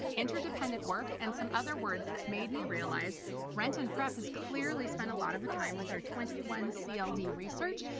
interdependent work, and some other words that made me realize renton prep has clearly spent a lot of time with our twenty one cld research.